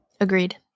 Agreed